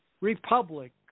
republic